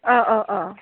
अ अ अ